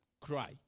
Cry